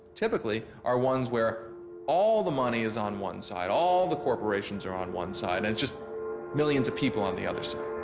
typically, are ones where all the money is on one side all the corporations are on one side, and its just millions of people are on the other side.